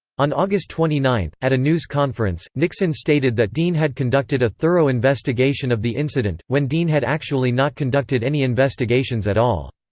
on august twenty nine, at a news conference, nixon stated that dean had conducted a thorough investigation of the incident, when dean had actually not conducted any investigations at all.